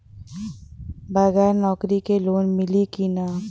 बगर नौकरी क लोन मिली कि ना?